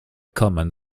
common